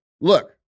look